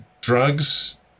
drugs